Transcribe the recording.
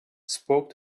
spoke